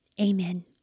Amen